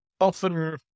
Often